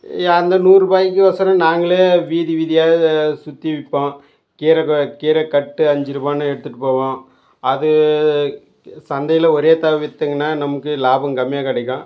யா அந்த நூறுரூபாய்க்கொசரம் நாங்களே வீதி வீதியாக வே சுற்றி விற்போம் கீரை க கீரைக் கட்டு அஞ்சு ரூபாய்ன்னு எடுத்துகிட்டுப் போவோம் அது க சந்தையில் ஒரே தர விற்றிங்கன்னா நமக்கு லாபம் கம்மியாக கிடைக்கும்